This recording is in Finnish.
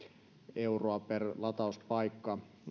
euroa per latauspaikka